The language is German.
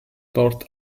dort